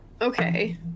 Okay